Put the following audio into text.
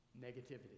Negativity